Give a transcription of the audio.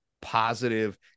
Positive